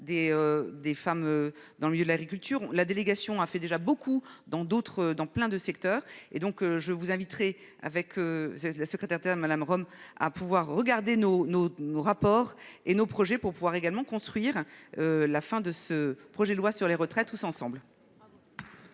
des femmes dans le lieu, l'agriculture, la délégation a fait déjà beaucoup dans d'autres, dans plein de secteur et donc je vous inviterai avec. La secrétaire d'État madame Rome à pouvoir regarder nos nos nos rapports et nos projets pour pouvoir également construire. La fin de ce projet de loi sur les retraites tous ensemble.